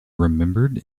remembered